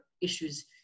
issues